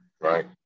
Right